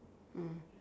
mm